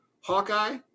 Hawkeye